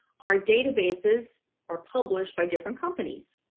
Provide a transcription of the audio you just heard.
our databases are published by different companies.